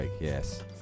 yes